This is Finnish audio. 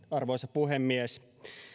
arvoisa puhemies